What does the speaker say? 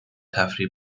تفریح